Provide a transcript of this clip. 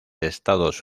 estados